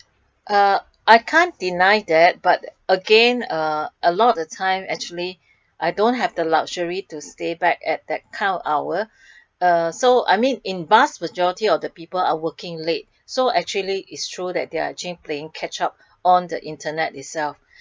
uh I can't deny that but again uh a lot of the time actually I don't have the luxury to stay back at that kind of hour uh so I mean in vast majority of the people are working late so actually is true that they are actually playing catch up on the internet itself